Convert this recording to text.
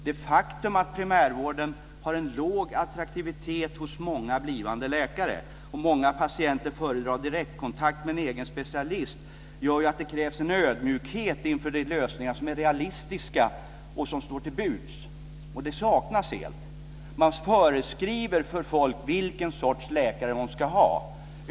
Det faktum att primärvården har en låg attraktivitet hos många blivande läkare och att många patienter föredrar direktkontakt med en egen specialist gör att det krävs en ödmjukhet inför de lösningar som realistiskt sett står till buds. Denna saknas helt. Man föreskriver för folk vilken sorts läkare de ska ha.